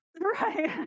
Right